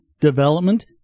development